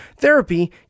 Therapy